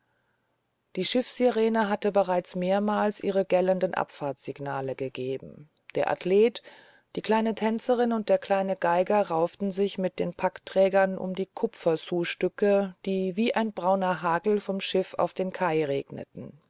die schiffssirene hat bereits mehrmals ihre gellenden abfahrtssignale gegeben der athlet die kleine tänzerin und der kleine geiger rauften sich mit den packträgern um die kupfersousstücke die wie ein brauner hagel vom schiff auf den kai